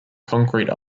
concrete